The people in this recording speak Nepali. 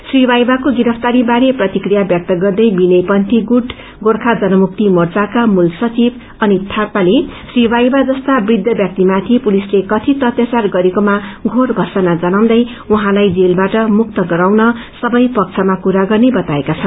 श्री वाइबाको गिरफ्तारी बारे प्रतिक्रिया व्यक्त गर्दै विनय पन्यी गुट गोर्खा जनमुक्ति मोर्चाका मूल सचिव अनित यापाले श्री वाइबा जस्ता वृद्ध व्यक्तिमाथि पुलिसले कथित अत्याचार गरेकोमा घोर भर्त्सना जनाउँदै उहाँलाई जेलवाट मुक्त गराउन सबै पक्षमा कुरा गर्ने बताएका छन्